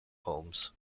poems